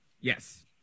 yes